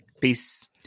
peace